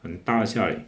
很大一下 leh